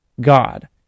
God